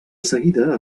seguida